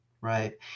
Right